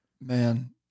Man